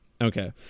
Okay